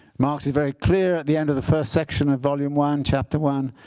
marx is very clear at the end of the first section of volume one, chapter one